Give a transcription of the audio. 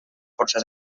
força